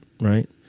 right